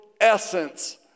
essence